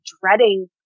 dreading